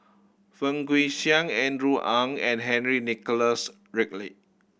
Fang Guixiang Andrew Ang and Henry Nicholas Ridley